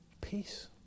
Peace